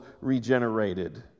regenerated